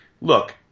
look